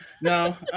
No